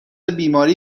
بیماری